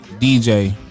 dj